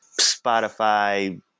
Spotify